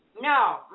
No